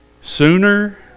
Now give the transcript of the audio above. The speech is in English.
sooner